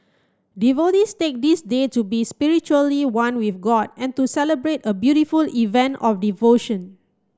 devotees take this day to be spiritually one with god and to celebrate a beautiful event of devotion